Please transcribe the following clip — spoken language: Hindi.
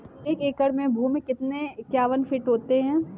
एक एकड़ भूमि में कितने स्क्वायर फिट होते हैं?